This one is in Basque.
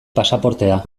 pasaportea